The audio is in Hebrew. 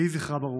יהי זכרה ברוך.